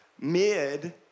mid